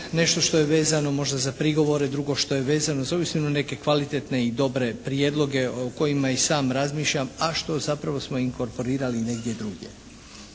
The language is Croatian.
nešto što je vezano možda za prigovore. Drugo što je vezano za uistinu neke kvalitetne i dobre prijedloge o kojima i sam razmišljam, a što zapravo smo inkorporirali negdje drugdje.